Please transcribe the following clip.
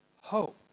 hope